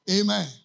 Amen